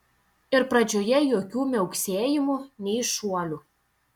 ir pradžioje jokių miauksėjimų nei šuolių